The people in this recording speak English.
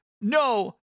no